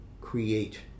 create